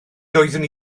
doeddwn